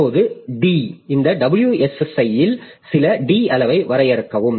இப்போது D இந்த WSSi இல் சில D அளவை வரையறுக்கவும்